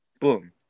Boom